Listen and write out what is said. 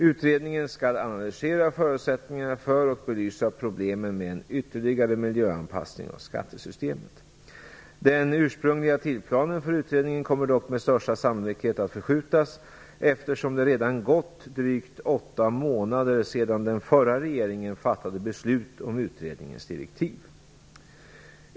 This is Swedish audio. Utredningen skall analysera förutsättningarna för och belysa problemen med en ytterligare miljöanpassning av skattesystemet. Den ursprungliga tidplanen för utredningen kommer dock med största sannolikhet att förskjutas, eftersom det redan gått drygt åtta månader sedan den förra regeringen fattade beslut om utredningens direktiv.